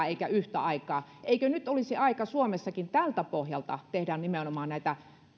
eivätkä sen osat yhtä aikaa eikö nyt olisi aika suomessakin tältä pohjalta nimenomaan